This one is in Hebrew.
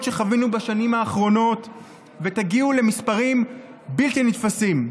שחווינו בשנים האחרונות ותגיעו למספרים בלתי נתפסים.